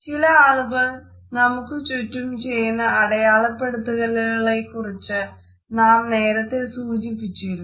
ചില ആളുകൾ നമുക്കു ചുറ്റും ചെയ്യുന്ന അടയാളപ്പെടുത്തലുകളെക്കുറിച്ച് നാം നേരത്തെ സൂചിപ്പിച്ചിരുന്നു